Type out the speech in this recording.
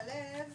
הלב